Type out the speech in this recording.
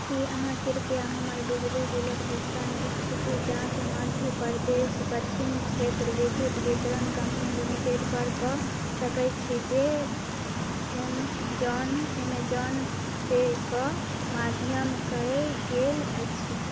कि अहाँ कृपया हमर बिजली बिलके भुगतान इस्थिति जाँच मध्य प्रदेश पच्छिम क्षेत्र विद्युत वितरण कम्पनी लिमिटेडपर कऽ सकै छी जे एमेजॉन एमेजॉनपेके माध्यम कएल गेल अछि